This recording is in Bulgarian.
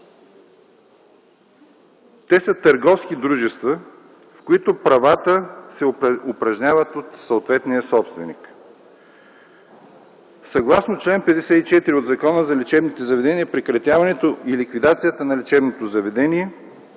Те са търговски дружества, в които правата се упражняват от съответния собственик. Съгласно чл. 54 от Закона за лечебните заведения, прекратяването и ликвидацията на лечебното заведение